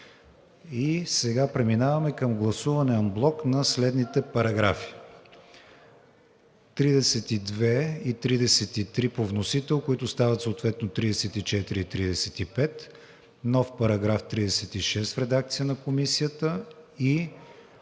прието. Преминаваме към гласуване анблок на следните параграфи: 32 и 33 по вносител, които стават съответно 34 и 35; нов § 36 в редакция на Комисията; и